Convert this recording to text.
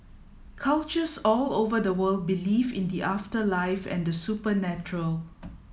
cultures all over the world believe in the afterlife and the supernatural